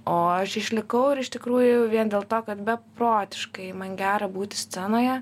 o aš išlikau ir iš tikrųjų vien dėl to kad beprotiškai man gera būti scenoje